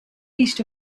east